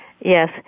Yes